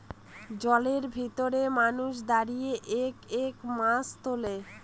জলের ভেতরে মানুষ দাঁড়িয়ে একে একে মাছ তোলে